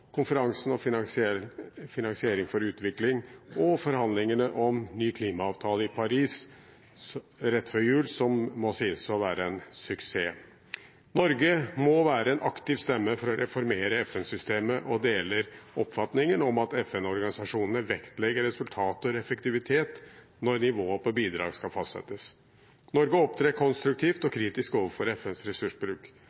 konferansen og finansiering for utvikling – og forhandlingene om en ny klimaavtale i Paris rett før jul, som må sies å være en suksess. Norge må være en aktiv stemme for å reformere FN-systemet og deler oppfatningen om at FN-organisasjonene vektlegger resultater og effektivitet når nivået på bidrag skal fastsettes. Norge opptrer konstruktivt og